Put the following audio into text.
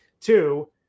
two